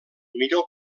millor